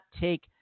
take